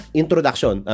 introduction